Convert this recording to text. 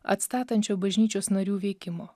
atstatančio bažnyčios narių veikimo